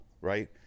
right